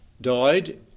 died